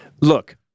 Look